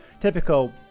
typical